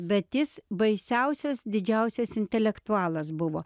bet jis baisiausias didžiausias intelektualas buvo